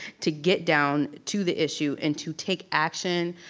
to get down to the issue and to take action,